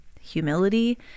humility